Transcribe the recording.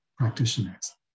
practitioners